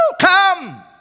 come